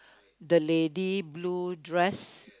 the lady blue dress